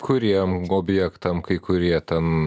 kuriems objektams kai kurie ten